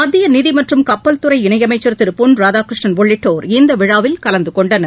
மத்திய நிதி மற்றம் கப்பல் துறை இணையமைச்சர் திரு பொன் ராதாகிருஷ்ணன் உள்ளிட்டோர் இந்த விழாவில் கலந்துகொண்டனர்